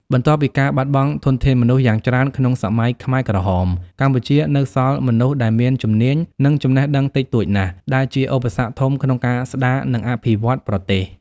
បន្ទាប់ពីការបាត់បង់ធនធានមនុស្សយ៉ាងច្រើនក្នុងសម័យខ្មែរក្រហម កម្ពុជានៅសល់មនុស្សដែលមានជំនាញ និងចំណេះដឹងតិចតួចណាស់ ដែលជាឧបសគ្គធំក្នុងការស្ដារ និងអភិវឌ្ឍប្រទេស។